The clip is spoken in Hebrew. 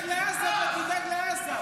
אתה או נתניהו?